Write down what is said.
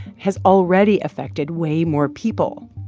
has already affected way more people.